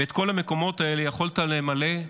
ואת כל המקומות האלה יכולת למלא,